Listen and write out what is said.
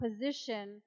position